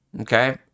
okay